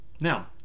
Now